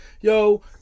yo